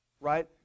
right